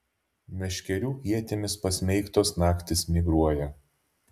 meškerių ietimis pasmeigtos naktys migruoja